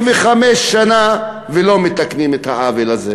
65 שנה, ולא מתקנים את העוול הזה.